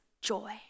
joy